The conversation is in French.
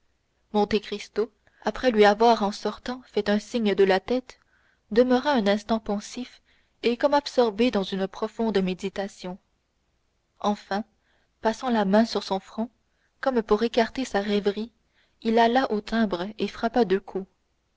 sortit monte cristo après lui avoir en souriant fait un signe de la tête demeura un instant pensif et comme absorbé dans une profonde méditation enfin passant la main sur son front comme pour écarter sa rêverie il alla au timbre et frappa deux coups